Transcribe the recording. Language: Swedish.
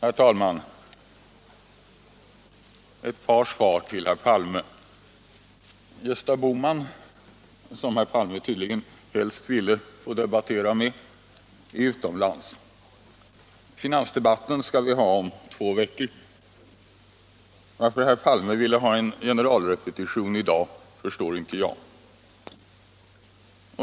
Herr talman! Ett par svar till herr Palme. Gösta Bohman, som herr Palme tydligen helst ville debattera med, är utomlands. Finansdebatten skall vi ha om två veckor. Varför herr Palme ville ha en generalrepetition i dag förstår inte jag.